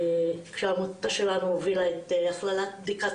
העמותה שלנו הובילה את הכללת בדיקת